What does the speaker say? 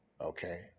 Okay